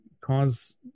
cause